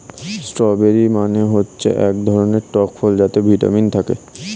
strawberry মানে হচ্ছে এক ধরনের টক ফল যাতে ভিটামিন থাকে